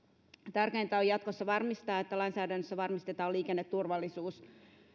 tärkeintä on jatkossa varmistaa että lainsäädännössä varmistetaan liikenneturvallisuus